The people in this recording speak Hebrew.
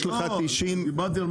יש לך 90 יום.